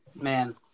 Man